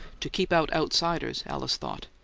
to keep out outsiders, alice thought.